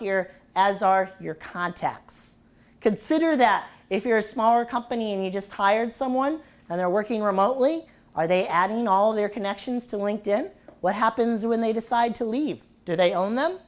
here as are your contacts consider that if you're a smaller company and you just hired someone and they're working remotely are they adding all of their connections to linked in what happens when they decide to leave do they own them